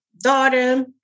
daughter